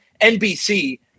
NBC